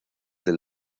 del